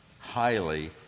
highly